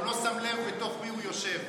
הוא לא שם לב בתוך מי הוא יושב.